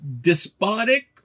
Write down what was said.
Despotic